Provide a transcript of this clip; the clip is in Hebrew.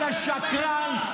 אתה שקרן,